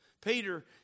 Peter